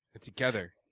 together